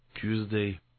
Tuesday